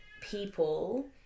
people